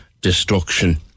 destruction